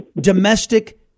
domestic